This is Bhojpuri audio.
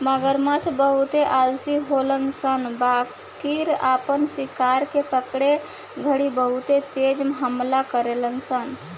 मगरमच्छ बहुते आलसी होले सन बाकिर आपन शिकार के पकड़े घड़ी बहुत तेज हमला करेले सन